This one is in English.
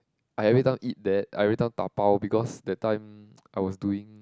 I everytime eat there I everytime dabao because that time I was doing